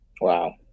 Wow